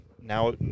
now